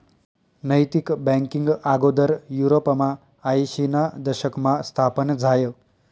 नैतिक बँकींग आगोदर युरोपमा आयशीना दशकमा स्थापन झायं